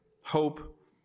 hope